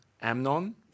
Amnon